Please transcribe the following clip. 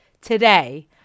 today